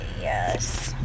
yes